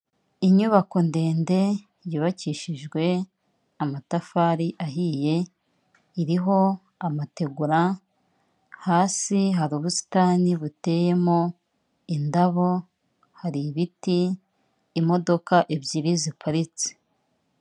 Inyubako ndende yubakishijwe amatafari ahiye iriho amategura, hasi hari ubusitani buteyemo indabo, hari ibiti, imodoka ebyiri ziparitse.